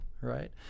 Right